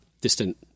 distant